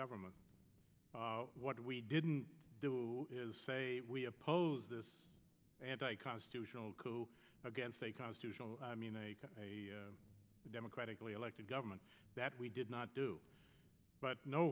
government what we didn't do is say we oppose this anti constitutional coup against a constitutional i mean a democratically elected government that we did not do but